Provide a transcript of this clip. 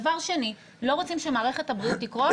דבר שני, לא רוצים שמערכת הבריאות תקרוס?